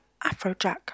Afrojack